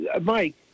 Mike